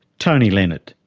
tony lenard.